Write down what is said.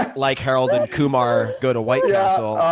like harold and kumar go to white castle.